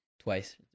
Twice